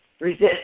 resist